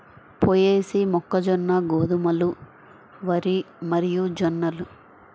పొయేసీ, మొక్కజొన్న, గోధుమలు, వరి మరియుజొన్నలు